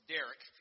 Derek